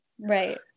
Right